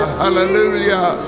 hallelujah